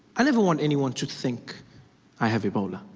i never want anyone to think i have ebola.